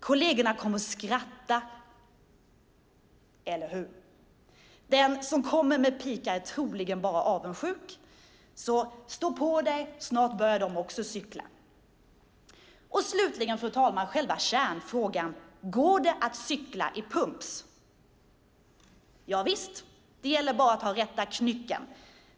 Kollegerna kommer att skratta. Eller hur! Den som kommer med pikar är troligen bara avundsjuk. Stå på dig, snart börjar de själva att cykla. Och slutligen, fru talman, själva kärnfrågan: Går det att cykla i pumps? Javisst, det gäller bara att ha den rätta knycken.